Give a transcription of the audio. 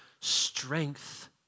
strength